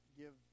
give